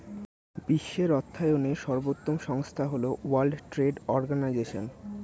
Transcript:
বিশ্বের অর্থায়নের সর্বোত্তম সংস্থা হল ওয়ার্ল্ড ট্রেড অর্গানাইজশন